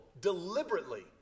deliberately